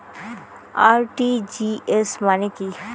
RTGS মানে কি?